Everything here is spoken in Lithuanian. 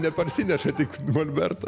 neparsineša tik molberto